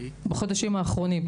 בחודשים האחרונים.